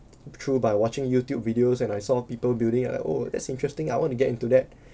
through by watching YoutTube videos and I saw people building like oh that's interesting I want to get into that